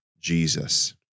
Jesus